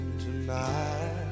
tonight